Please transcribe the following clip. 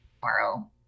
tomorrow